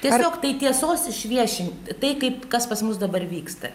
tiesiog tai tiesos išviešinti tai kaip kas pas mus dabar vyksta